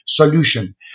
solution